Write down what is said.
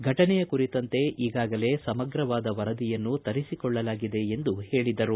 ಘಟನೆಯ ಕುರಿತಂತೆ ಈಗಾಗಲೇ ಸಮಗ್ರವಾದ ವರದಿಯನ್ನು ತರಿಸಿಕೊಳ್ಳಲಾಗಿದೆ ಎಂದು ಹೇಳಿದರು